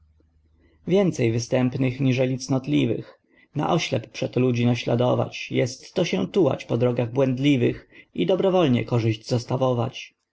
więcej występnych niżeli cnotliwych na oślep przeto ludzi naśladować jestto się tułać po drogach błędliwych i dobrowolnie korzyść zostawować